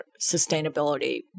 sustainability